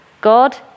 God